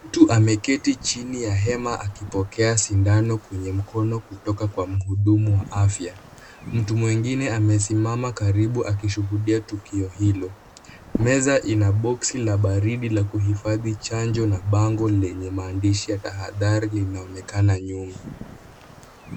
Mtu ameketi chini ya hema akipokea sindano kwenye mkono kutoka kwa mhudumu wa afya. Mtu mwingine amesimama karibu akishuhudia tukio hilo. Meza ina boksi la baridi la kuhifadhi chanjo na bango lenye maandishi ya tahadhari linaonekana nyuma.